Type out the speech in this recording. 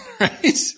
Right